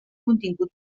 contingut